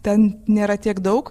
ten nėra tiek daug